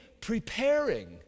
preparing